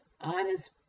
honest